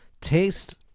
taste